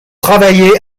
travaillée